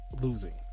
Losing